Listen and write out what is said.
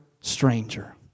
stranger